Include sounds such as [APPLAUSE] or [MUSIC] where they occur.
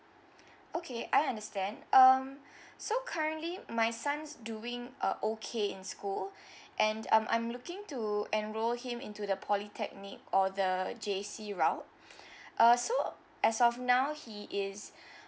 okay I understand um [BREATH] so currently my son's doing uh okay in school [BREATH] and um I'm looking to enroll him into the polytechnic or the J_C route [BREATH] uh so as of now he is [BREATH]